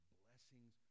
blessings